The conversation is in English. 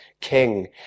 King